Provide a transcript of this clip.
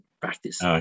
practice